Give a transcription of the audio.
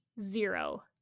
zero